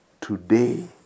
today